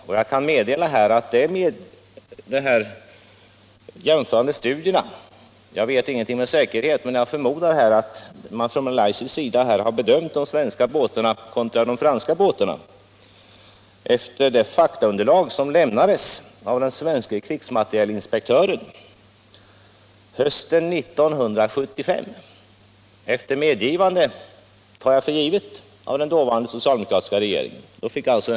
När det gäller de jämförande prov som har genomförts vet jag ingenting med säkerhet, utan jag förmodar att man från malaysisk sida har bedömt de svenska båtarna kontra de franska på basis av det faktaunderlag som hösten 1975 lämnades av Karlskronavarvet efter klarsignal från den svenske krigsmaterielinspektören, och jag tar för givet att detta skedde efter medgivande av den dåvarande svenska regeringen.